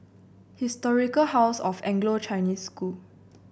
Historic House of Anglo Chinese School